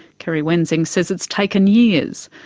kerry wensing says it's taken years,